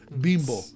bimbo